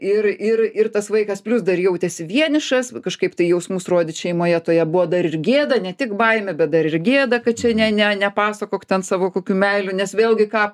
ir ir ir tas vaikas plius dar jautėsi vienišas kažkaip tai jausmus rodyt šeimoje toje buvo dar ir gėda ne tik baimė bet dar ir gėda kad čia ne ne nepasakok savo kokių meilių nes vėlgi ką